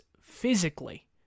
physically